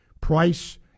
price